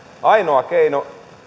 ainoa keino